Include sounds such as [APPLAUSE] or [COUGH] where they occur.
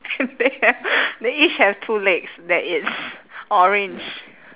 [LAUGHS] they each have two legs that is orange